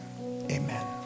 amen